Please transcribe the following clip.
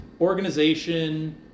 organization